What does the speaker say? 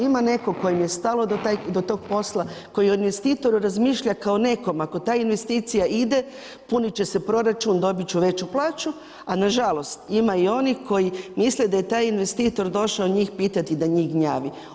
Ima neko kojima je stalo do tog posla, koji o investitoru razmišlja kao nekom, ako ta investicija ide punit će se proračun, dobit ću veću plaću, a nažalost ima i onih koji misle da je taj investitor došao njih pitati da njih gnjavi.